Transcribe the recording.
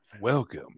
Welcome